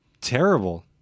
Terrible